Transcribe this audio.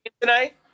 tonight